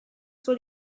sua